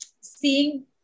seeing